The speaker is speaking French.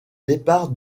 départ